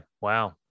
Wow